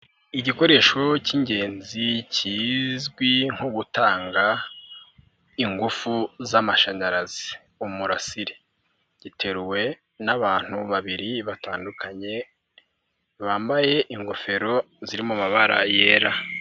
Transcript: Igikoresho k'ingenzi kizwi nko gutanga ingufu z'amashanyarazi umurasire, giteruwe n'abantu babiri batandukanye bambaye ingofero ziri mu mabara yera.